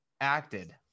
acted